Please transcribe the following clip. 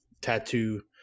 tattoo